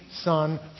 Son